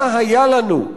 מה היה לנו",